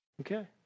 Okay